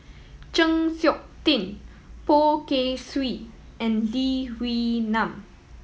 Chng Seok Tin Poh Kay Swee and Lee Wee Nam